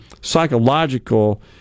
psychological